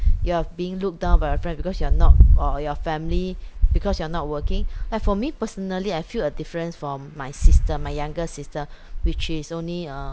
you are being looked down by your friend because you are not or your family because you are not working like for me personally I feel a difference from my sister my younger sister which is only uh